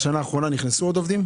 בשנה האחרונה נכנסו עוד עובדים?